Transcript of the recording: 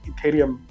Ethereum